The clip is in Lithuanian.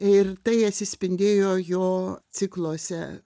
ir tai atsispindėjo jo cikluose